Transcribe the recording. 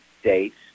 states